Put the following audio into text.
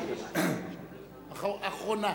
אחרונה.